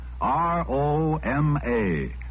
R-O-M-A